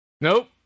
Nope